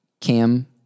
Cam